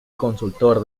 consultor